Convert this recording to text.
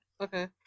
okay